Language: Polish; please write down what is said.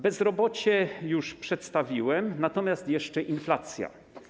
Bezrobocie już przedstawiłem, teraz jeszcze inflacja.